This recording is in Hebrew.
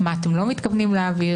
מה אתם לא מתכוונים להעביר.